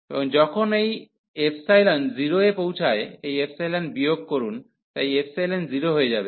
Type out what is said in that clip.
এবং যখন এই 0 এ পৌঁছায় এই বিয়োগ করুন তাই 0 হয়ে যাবে